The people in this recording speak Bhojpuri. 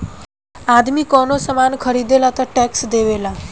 आदमी कवनो सामान ख़रीदेला तऽ टैक्स देवेला